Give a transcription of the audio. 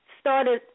started –